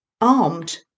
armed